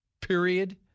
Period